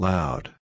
Loud